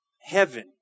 Heaven